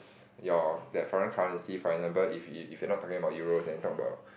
your that foreign currency for example if if if you are not talking about Euros then talk about